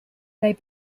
they